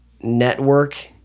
network